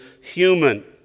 human